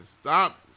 stop